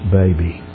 baby